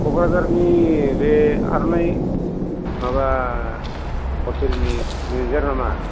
क'क्राझारनि बे आर'नाइ माबा ह'टेलनि मेनेजर नामा